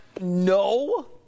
no